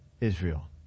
Israel